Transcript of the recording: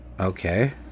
Okay